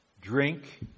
drink